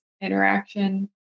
interaction